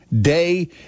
day